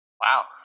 Wow